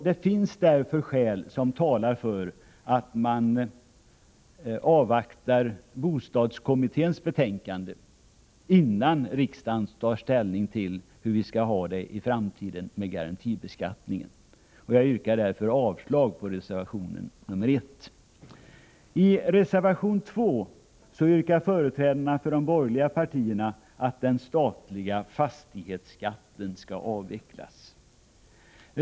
Det finns därför skäl som talar för att man avvaktar bostadskommitténs betänkande innan riksdagen tar ställning till hur vi skall ha det i framtiden med garantibeskattningen. Jag yrkar därför avslag på reservation 1. I reservation 2 yrkar företrädarna för de borgerliga partierna att den statliga fastighetsskatten skall avvecklas.